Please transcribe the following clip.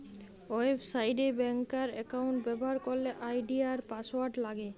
website এ ব্যাংকার account ব্যবহার করলে আই.ডি আর পাসওয়ার্ড লাগে